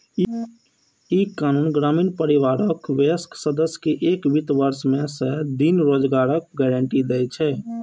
ई कानून ग्रामीण परिवारक वयस्क सदस्य कें एक वित्त वर्ष मे सय दिन रोजगारक गारंटी दै छै